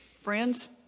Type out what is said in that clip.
friends